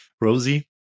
Rosie